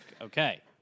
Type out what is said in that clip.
okay